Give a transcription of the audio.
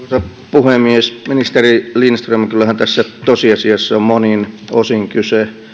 puhemies ministeri lindström kyllähän tässä tosiasiassa on monin osin kyse